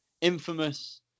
Infamous